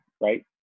right